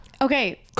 okay